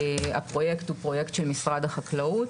הפרויקט הוא פרויקט שיהיה של משרד החקלאות,